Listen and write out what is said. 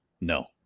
no